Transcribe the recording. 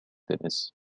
التنس